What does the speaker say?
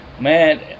man